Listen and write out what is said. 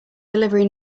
delivery